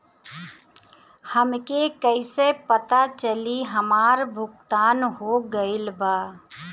हमके कईसे पता चली हमार भुगतान हो गईल बा?